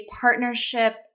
partnership